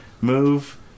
move